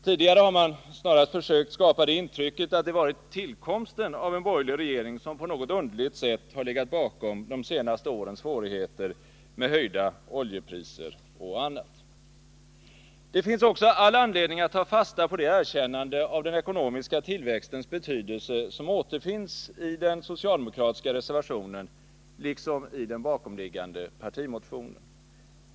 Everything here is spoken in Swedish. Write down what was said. Tidigare har man snarast försökt skapa det intrycket att det varit tillkomsten av en borgerlig regering som på något underligt sätt har legat bakom de senaste årens svårigheter med höjda oljepriser och annat. Det finns också all anledning att ta fasta på det erkännande av den ekonomiska tillväxtens betydelse som återfinns i den socialdemokratiska reservationen liksom i den bakomliggande partimotionen.